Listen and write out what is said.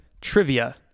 Trivia